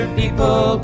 people